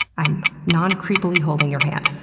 i'm non creepily holding your hand.